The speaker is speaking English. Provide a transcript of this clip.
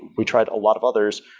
we tried a lot of others,